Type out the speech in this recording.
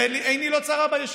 ועיני לא צרה בישיבות.